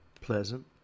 pleasant